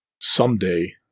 Someday